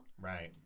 Right